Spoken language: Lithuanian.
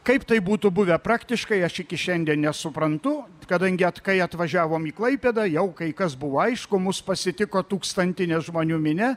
kaip tai būtų buvę praktiškai aš iki šiandien nesuprantu kadangi at kai atvažiavom į klaipėdą jau kai kas buvo aišku mus pasitiko tūkstantinė žmonių minia